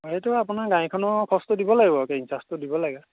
এইটো আপোনাৰ গাড়ীখনৰ খৰচটো দিব লাগিব কেৰিং চাৰ্জটো দিব লাগে